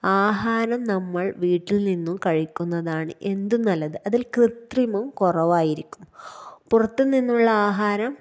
ആഹാരം നമ്മള് വീട്ടില്നിന്നും കഴിക്കുന്നതാണ് എന്തും നല്ലത് അതില് ക്രത്രിമം കുറവായിരിക്കും പുറത്ത് നിന്നുള്ള ആഹാരം